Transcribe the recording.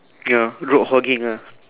ya road hogging ah